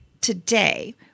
today